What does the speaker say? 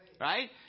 Right